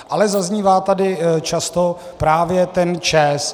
Ale zaznívá tady často právě ten ČEZ.